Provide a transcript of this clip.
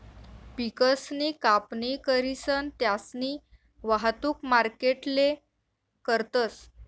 पिकसनी कापणी करीसन त्यास्नी वाहतुक मार्केटले करतस